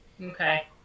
Okay